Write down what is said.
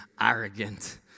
arrogant